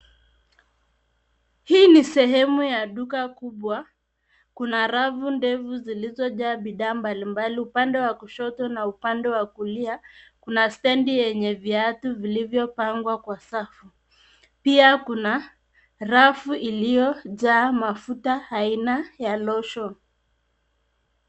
Hii ni sehemu ya duka kubwa kuna rafu ndefu zilizojaa bidhaa mbalimbali, upande wa kushoto na upande wa kulia kuna stendi yenye viatu vilivyopangwa kwa safu , pia kuna rafu iliyojaa mafuta aina ya lotion .